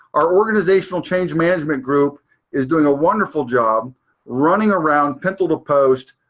our organizational change management group is doing a wonderful job running around pencil to post,